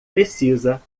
precisa